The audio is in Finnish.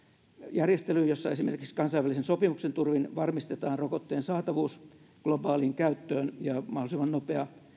järjestelyyn jossa esimerkiksi kansainvälisen sopimuksen turvin varmistetaan rokotteen saatavuus globaaliin käyttöön ja mahdollisimman nopea